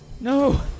No